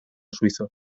suizo